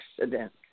accident